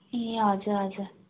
ए हजुर हजुर